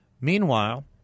Meanwhile